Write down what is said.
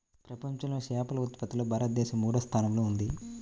ప్రపంచంలో చేపల ఉత్పత్తిలో భారతదేశం మూడవ స్థానంలో ఉంది